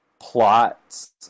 plots